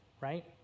right